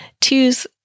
Twos